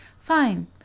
Fine